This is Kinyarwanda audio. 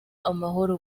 amahoro